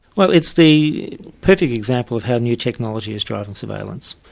well it's the perfect example of how new technology is driving surveillance.